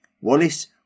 Wallace